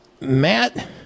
Matt